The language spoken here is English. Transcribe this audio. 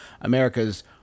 America's